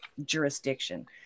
jurisdiction